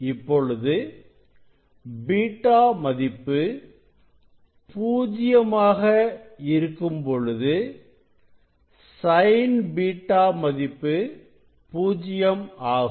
இப்பொழுது β மதிப்பு பூஜ்ஜியமாக இருக்கும் பொழுது sin β மதிப்பு பூஜ்யம் ஆகும்